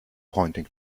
pointing